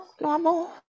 normal